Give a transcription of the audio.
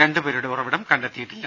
രണ്ടു പേരുടെ ഉറവിടം കണ്ടെത്തിയിട്ടില്ല